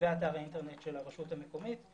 ובאתר האינטרנט של הרשות המקומית.